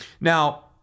now